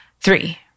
Three